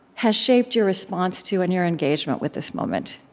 has shaped your response to and your engagement with this moment